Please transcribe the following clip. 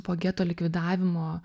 po geto likvidavimo